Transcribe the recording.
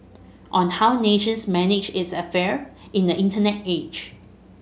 on how nations manage its affair in the Internet age